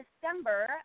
December